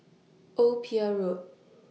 Old Pier Road